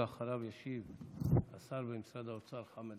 אחריו ישיב השר במשרד האוצר חמד